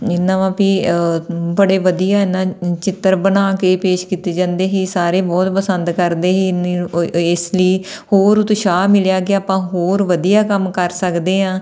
ਇਹਨਾਂ ਵਾ ਵੀ ਬੜੇ ਵਧੀਆ ਇਹਨਾਂ ਚਿੱਤਰ ਬਣਾ ਕੇ ਪੇਸ਼ ਕੀਤੇ ਜਾਂਦੇ ਸੀ ਸਾਰੇ ਬਹੁਤ ਪਸੰਦ ਕਰਦੇ ਸੀ ਇਹਨਾਂ ਇਸ ਲਈ ਹੋਰ ਉਤਸ਼ਾਹ ਮਿਲਿਆ ਗਿਆ ਆਪਾਂ ਹੋਰ ਵਧੀਆ ਕੰਮ ਕਰ ਸਕਦੇ ਹਾਂ